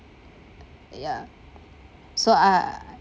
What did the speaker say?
ya so I